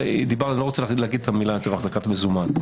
אני לא רוצה לומר יותר את המילה אחזקת מזומן,